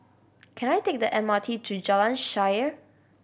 can I take the M R T to Jalan Shaer